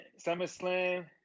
SummerSlam